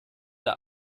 der